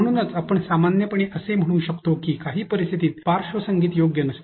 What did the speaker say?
म्हणूनच आपण सामान्यपणे असे म्हणू शकतो की काही परिस्थितीत पार्श्वसंगीत योग्य नसते